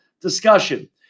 discussion